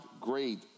great